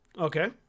Okay